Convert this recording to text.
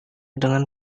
dengan